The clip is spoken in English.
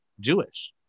Jewish